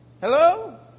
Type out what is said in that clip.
Hello